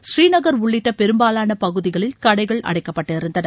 ஸ்ரீநகர் உள்ளிட்ட பெரும்பாலான பகுதிகளில் கடைகள் அடைக்கப்பட்டிருந்தன